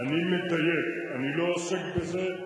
אני מדייק: אני לא עוסק בזה.